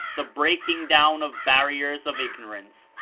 the breaking down of barriers of ignorance,